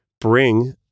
bring